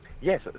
Yes